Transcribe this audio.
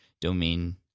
domain